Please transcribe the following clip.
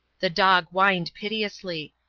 the dog whined piteously.